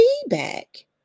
feedback